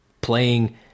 playing